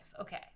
Okay